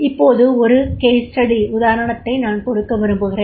இப்போது ஒரு case study உதாரணத்தை நான் கொடுக்க விரும்புகிறேன்